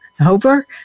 Over